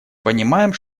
понимаем